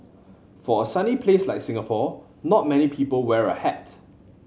for a sunny place like Singapore not many people wear a hat